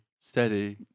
steady